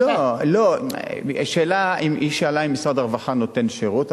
לא, לא, היא שאלה אם משרד הרווחה נותן שירות.